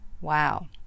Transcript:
Wow